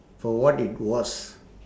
for what it was